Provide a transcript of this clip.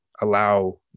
allow